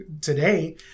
today